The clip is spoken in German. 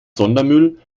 sondermüll